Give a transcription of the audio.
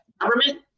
government